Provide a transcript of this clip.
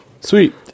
Sweet